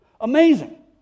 Amazing